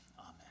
Amen